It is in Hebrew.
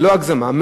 ללא הגזמה,